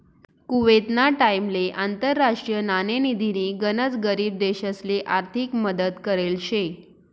कुवेतना टाइमले आंतरराष्ट्रीय नाणेनिधीनी गनच गरीब देशसले आर्थिक मदत करेल शे